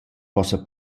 possa